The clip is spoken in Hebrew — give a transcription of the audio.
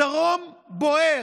הדרום בוער,